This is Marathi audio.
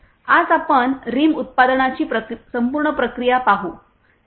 आज आपण रिम उत्पादनाची संपूर्ण प्रक्रिया पाहू